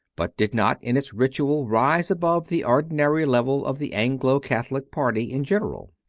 but did not in its ritual rise above the ordinary level of the anglo catholic party in general.